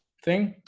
thing